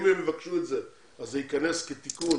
אם הם יבקשו את זה אז זה ייכנס כתיקון